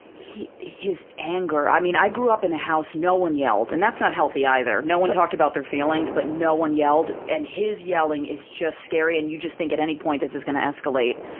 his anger. i mean, i grew up in a house, no one yelled. and that's not healthy either no one talked about their feelings, but no one yelled. and his yelling is just scary and you just think at any point this is going to escalate,